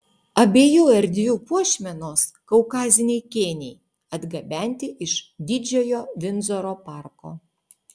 abiejų erdvių puošmenos kaukaziniai kėniai atgabenti iš didžiojo vindzoro parko